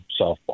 softball